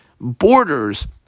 borders